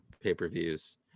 pay-per-views